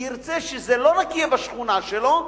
וירצה שזה לא רק יהיה בשכונה שלו,